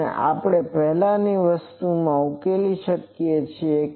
અને તો હવે આપણે આ પહેલાની વસ્તુમાંથી ઉકેલી શકીએ છીએ